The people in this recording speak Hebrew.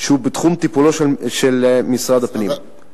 הוא בתחום טיפולו השוטף של משרד הפנים.